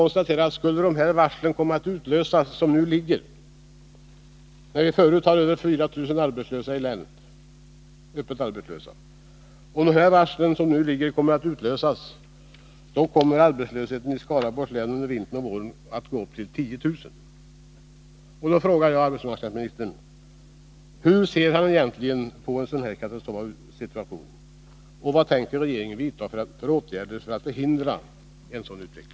Om alla dessa varsel kommer att utlösas, kommer antalet arbetslösa i Skaraborgs län — vi har redan nu 4 000 öppet arbetslösa i länet — under vintern och våren att vara uppemot 10 000. Hur ser arbetsmarknadsministern egentligen på en sådan katastrofal